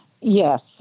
Yes